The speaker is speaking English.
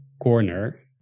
corner